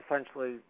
essentially